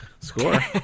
Score